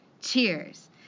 Cheers